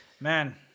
man